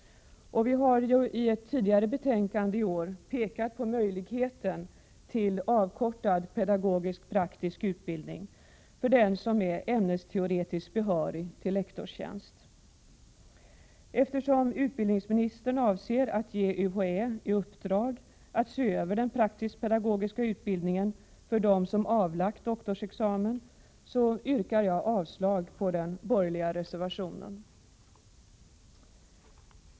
Vi hari ett tidigare betänkande i år pekat på möjligheten till avkortad pedagogisk-praktisk utbildning för den som är ämnesteoretiskt behörig till lektorstjänst. Eftersom utbildningsministern avser att ge UHÄ i uppdrag att se över den praktisk-pedagogiska utbildningen för dem som avlagt doktorsexamen, yrkar jag avslag på den borgerliga reservationen.